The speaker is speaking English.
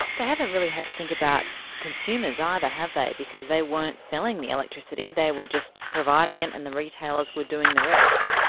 haven't really had to think about consumers either have they, because they weren't selling the electricity, they were just providing it, and the retailers were doing the rest.